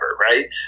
right